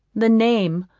the name,